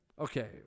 Okay